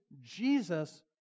Jesus